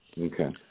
okay